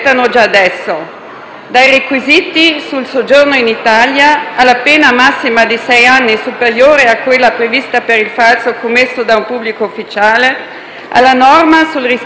dai requisiti sul soggiorno in Italia, alla pena massima di sei anni, superiore a quella prevista per il falso commesso da un pubblico ufficiale, alla norma sul riscatto della laurea